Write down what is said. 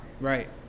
Right